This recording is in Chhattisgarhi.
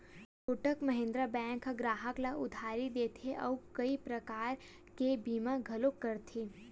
कोटक महिंद्रा बेंक ह गराहक ल उधारी देथे अउ कइ परकार के बीमा घलो करथे